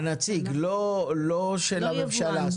הנציג לא של הממשלה.